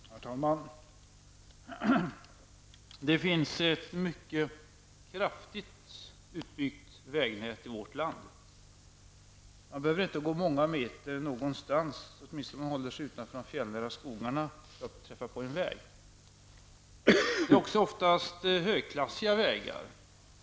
Herr talman! Det finns ett mycket kraftigt utbyggt vägnät i vårt land. Man behöver inte gå många meter någonstans, åtminstone om man håller sig utanför de fjällnära skogarna, för att träffa på en väg. Det är oftast också högklassiga vägar.